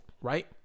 right